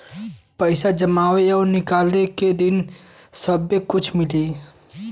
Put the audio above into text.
पैसा जमावे और निकाले के दिन सब्बे कुछ मिली